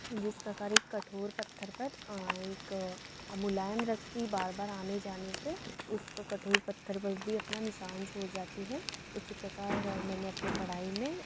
जिस प्रकार एक कठोर पत्थर पर एक मुलायम रस्सी बार बार आने जाने से उस पर कठोर पत्थर पर भी अपना निशान छोड़ जाती है उसी प्रकार मैंने अपने पढ़ाई में